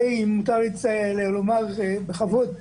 אם מותר לומר בכבוד,